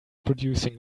producing